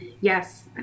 Yes